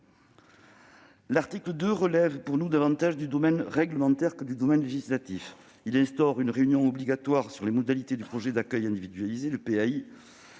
L'article 2 relève pour nous davantage du domaine réglementaire que du domaine législatif. Il instaure une réunion obligatoire sur les modalités du projet d'accueil individualisé et